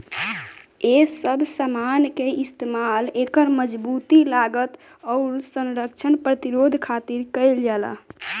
ए सब समान के इस्तमाल एकर मजबूती, लागत, आउर संरक्षण प्रतिरोध खातिर कईल जाला